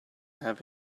have